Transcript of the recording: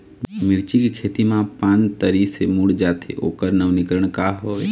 मिर्ची के खेती मा पान तरी से मुड़े जाथे ओकर नवीनीकरण का हवे?